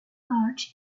large